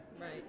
Right